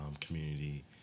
community